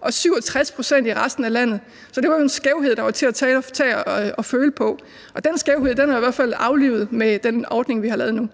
og 67 pct. i resten af landet. Så det var jo en skævhed, der var til at tage at føle på, og den skævhed er i hvert fald aflivet med den ordning, vi har lavet nu.